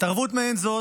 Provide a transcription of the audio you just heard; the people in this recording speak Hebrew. התערבות מעין זו